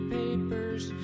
papers